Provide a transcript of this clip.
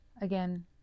again